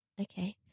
Okay